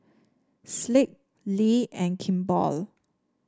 Schick Lee and Kimball